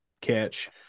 catch